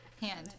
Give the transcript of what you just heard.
hand